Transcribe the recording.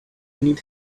need